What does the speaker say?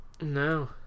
No